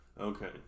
Okay